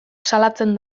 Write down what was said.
salatzen